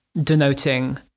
denoting